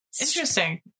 Interesting